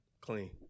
clean